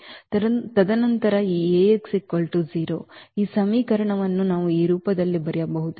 ತದನಂತರ ಈ ಈ ಸಮೀಕರಣವನ್ನು ನಾವು ಈ ರೂಪದಲ್ಲಿ ಬರೆಯಬಹುದು